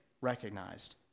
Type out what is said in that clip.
recognized